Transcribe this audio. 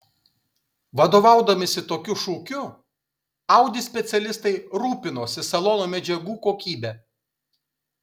vadovaudamiesi tokiu šūkiu audi specialistai rūpinosi salono medžiagų kokybe